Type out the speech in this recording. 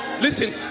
listen